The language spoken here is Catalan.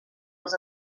els